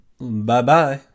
Bye-bye